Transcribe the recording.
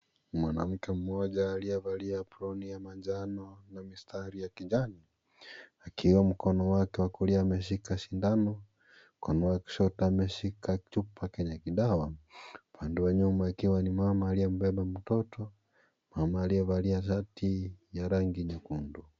Mwanamke mmoja aliyevalia aproni ya manjano na mistari ya kijani akiwa mkono wake wa kulia ameshika sindano, mkono wa kushoto ameshika chupa chenye kidawa upande wa nyuma ikiwa ni mama aliyembeba mtoto. Mama aliyevalia shati ya rangi nyekundu.